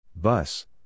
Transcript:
Bus